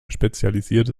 spezialisierte